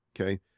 Okay